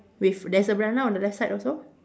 with there's a banana on the left side also